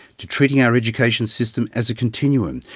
to treating our education system as a continuum.